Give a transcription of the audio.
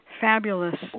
fabulous